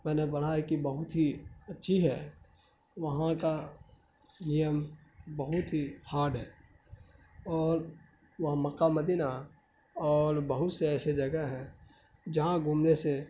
میں نے پڑھا ہے کہ بہت ہی اچھی ہے وہاں کا نیم بہت ہی ہارڈ ہے اور وہاں مقہ مدینہ اور بہت سے ایسے جگہ ہیں جہاں گھومنے سے